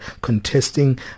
contesting